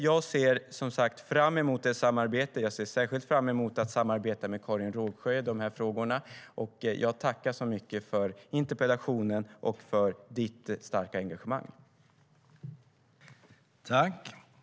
Jag ser fram emot det samarbetet, och jag ser särskilt fram emot att samarbeta med Karin Rågsjö i de här frågorna. Jag tackar så mycket för interpellationen och för ditt starka engagemang!